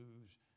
lose